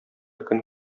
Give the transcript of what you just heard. көн